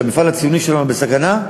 כשהמפעל הציוני שלנו בסכנה,